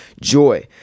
joy